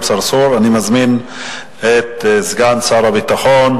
36 מתנגדים, אין נמנעים,